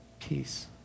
Peace